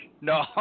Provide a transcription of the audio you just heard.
No